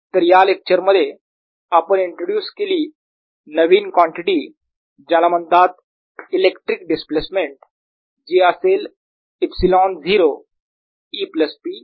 तर या लेक्चर मध्ये आपण इंट्रोड्युस केली नवीन कॉन्टिटी ज्याला म्हणतात इलेक्ट्रिक डिस्प्लेसमेंट जी असेल ε0 E प्लस P